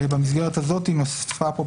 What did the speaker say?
במסגרת הזאת נוספה פה,